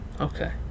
Okay